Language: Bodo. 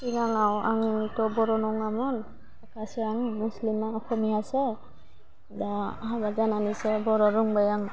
सिगाङाव आंथ' बर नङामोन दासो आं मुस्लिम अक'मिआसो दा हाबा जानानैसो बर' रोंबाय आं